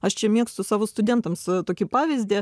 aš čia mėgstu savo studentams tokį pavyzdį